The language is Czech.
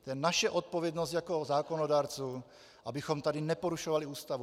To je naše odpovědnost jako zákonodárců, abychom tady neporušovali Ústavu.